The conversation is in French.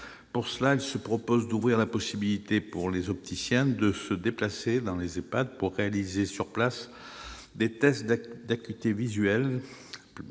Pour cela, elle prévoit d'ouvrir la possibilité, pour les opticiens, de se déplacer dans les EHPAD en vue de réaliser sur place des tests d'acuité visuelle,